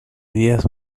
diez